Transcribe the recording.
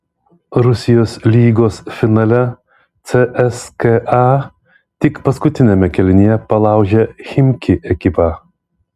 rusijos lygos finale cska tik paskutiniame kėlinyje palaužė chimki ekipą